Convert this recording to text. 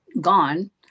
gone